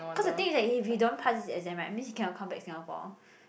because the thing is if he don't pass his exam right means he cannot come back Singapore